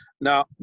Now